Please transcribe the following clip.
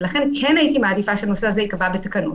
לכן כן הייתי מעדיפה שהנושא הזה ייקבע בתקנות,